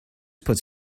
puts